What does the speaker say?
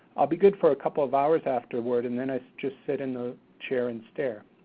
i'll be good for a couple of hours afterward, and then i just sit in the chair and stare.